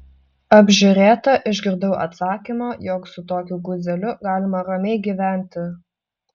apžiūrėta išgirdau atsakymą jog su tokiu guzeliu galima ramiai gyventi